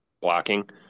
blocking